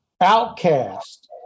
Outcast